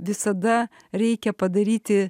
visada reikia padaryti